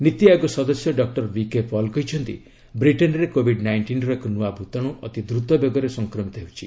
ନୀତିଆୟୋଗ ସଦସ୍ୟ doctor V K Paul କହିଛନ୍ତି ବ୍ରିଟେନ୍ରେ କୋବିଡ୍ ନାଇଷ୍ଟିନ୍ର ଏକ ନୂଆ ଭୂତାଣୁ ଅତି ଦ୍ରତ ବେଗରେ ସଂକ୍ରମିତ ହେଉଛି